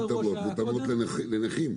מותאמות לנכים.